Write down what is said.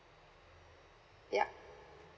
yup